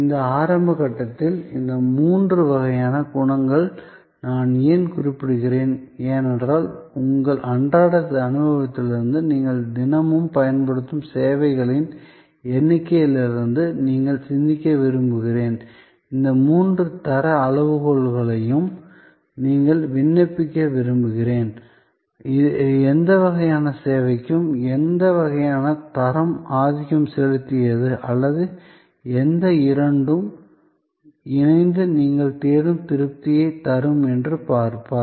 இந்த ஆரம்ப கட்டத்தில் இந்த மூன்று வகையான குணங்களை நான் ஏன் குறிப்பிடுகிறேன் ஏனென்றால் உங்கள் அன்றாட அனுபவத்திலிருந்து நீங்கள் தினமும் பயன்படுத்தும் சேவைகளின் எண்ணிக்கையிலிருந்து நீங்கள் சிந்திக்க விரும்புகிறேன் இந்த மூன்று தர அளவுகோல்களையும் நீங்கள் விண்ணப்பிக்க விரும்புகிறேன் எந்த வகையான சேவைக்கு எந்த வகையான தரம் ஆதிக்கம் செலுத்தியது அல்லது எந்த இரண்டும் இணைந்து நீங்கள் தேடும் திருப்தியைத் தரும் என்று பார்ப்பார்